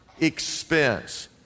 expense